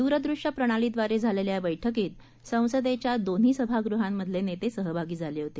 द्रदृश्य प्रणाली द्वारे झालेल्या या बैठकीत संसदेच्या दोन्ही सभागृहांमधले नेते सहभागी झाले होते